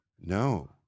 No